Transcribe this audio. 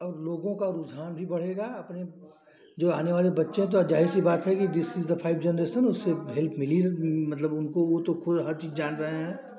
और लोगों का रुझान भी बढ़ेगा अपने जो आनेवाले बच्चे हैं तो ज़ाहिर सी बात है कि this is the five generation उसको हेल्प मिली है मतलब उनको वह तो हर चीज़ जान रहे हैं